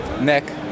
Nick